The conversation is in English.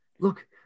Look